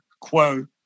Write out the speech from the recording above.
quote